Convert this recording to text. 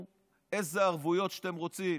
אמרתי: קחו איזה ערבויות שאתם רוצים,